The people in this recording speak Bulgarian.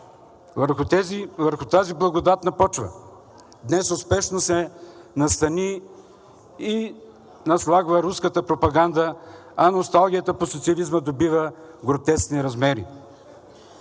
Върху тази благодатна почва днес успешно се настани и наслагва руската пропаганда, а носталгията по социализма добива гротескни размери.